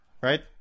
right